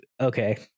okay